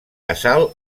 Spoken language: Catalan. casal